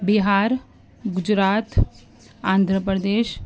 Bihar Gujarat Andhra Pradesh